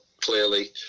clearly